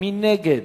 מי נגד?